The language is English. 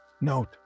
Note